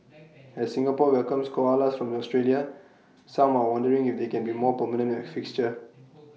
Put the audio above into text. as Singapore welcomes koalas from Australia some are wondering if they can be A more permanent fixture